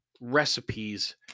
recipes